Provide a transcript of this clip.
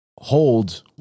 holds